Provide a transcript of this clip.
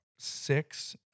Six